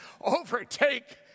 overtake